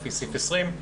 לפי סעיף 20,